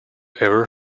ever